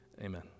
Amen